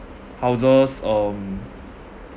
houses um